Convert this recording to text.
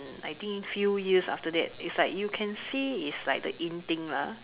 I think few years after that is like you can see is like the in thing lah